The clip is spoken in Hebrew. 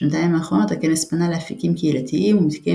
בשנתיים האחרונות הכנס פנה לאפיקים קהילתיים ומתקיים